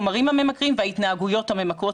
זה כל החומרים בממכרים וההתנהגויות הממכרות.